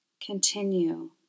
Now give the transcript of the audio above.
Continue